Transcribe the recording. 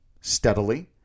steadily